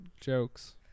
jokes